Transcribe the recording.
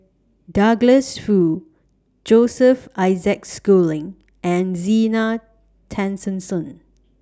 Douglas Foo Joseph Isaac Schooling and Zena Tessensohn